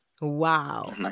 Wow